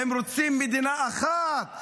הם רוצים מדינה אחת,